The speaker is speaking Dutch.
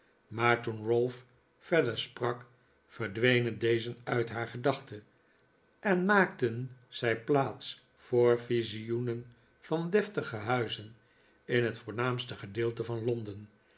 maar toen ralph verder sprak verdwenen deze uit haar gedachten en maakten zij plaats voor visioenen van deftige huizen in het voornaamste gedeelte van londen